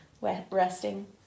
resting